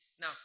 Now